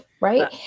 right